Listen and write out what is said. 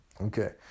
Okay